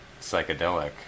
psychedelic